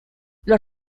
los